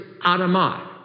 Adamah